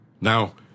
Now